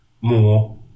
more